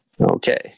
Okay